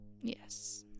Yes